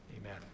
Amen